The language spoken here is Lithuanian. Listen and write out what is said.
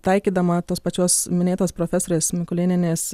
taikydama tos pačios minėtos profesorės mikulėnienės